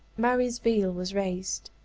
mary's veil was raised.